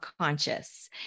conscious